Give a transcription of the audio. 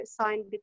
signed